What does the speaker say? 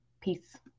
peace